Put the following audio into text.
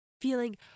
feeling